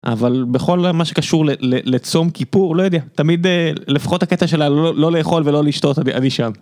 אבל בכל מה שקשור לצום כיפור לא יודע תמיד לפחות הקטע של לא לאכול ולא לשתות אני שם.